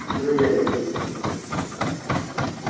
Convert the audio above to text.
हां जी भैया जी